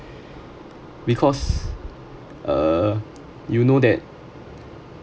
because uh you know that